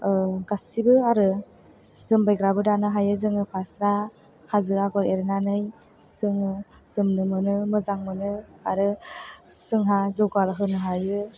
गासिबो आरो जोमबायग्राबो दानो हायो जोङो फास्रा हाजो आगर एरनानै जोङो जोमनो मोनो मोजां मोनो आरो जोंहा जौगाहोनो हायो